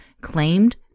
claimed